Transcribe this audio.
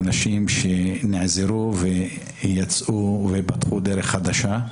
מאנשים שנעזרו ויצאו, פתחו דרך חדשה.